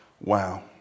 Wow